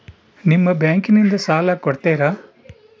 ನಿಮ್ಮ ಬ್ಯಾಂಕಿನಿಂದ ಸಾಲ ಕೊಡ್ತೇರಾ?